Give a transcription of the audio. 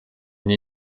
une